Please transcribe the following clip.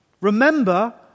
Remember